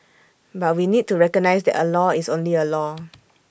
but we need to recognise that A law is only A law